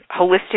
holistic